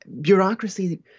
bureaucracy